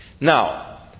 Now